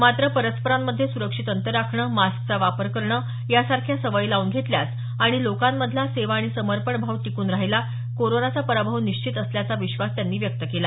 मात्र परस्परांमध्ये सुरक्षित अंतर राखणं मास्कचा वापर करणं यासारख्या सवयी लावून घेतल्यास आणि लोकांमधला सेवा आणि समर्पण भाव टिकून राहिला कोरोनाचा पराभव निश्चित असल्याचा विश्वास त्यांनी व्यक्त केला